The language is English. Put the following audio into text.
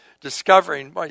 discovering